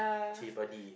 chili padi